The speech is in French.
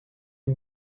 une